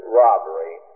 robbery